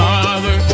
Father